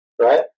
right